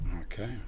okay